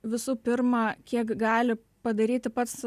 visų pirma kiek gali padaryti pats